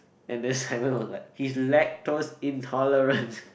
and then Simon was like he is lactose intolerant